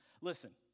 Listen